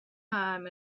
amb